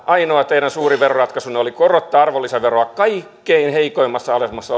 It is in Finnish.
ainoa teidän suuri veroratkaisunne oli nimenomaan korottaa arvonlisäveroa kaikkein heikoimmassa asemassa